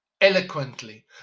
eloquently